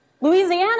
Louisiana